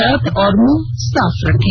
हाथ और मुंह साफ रखें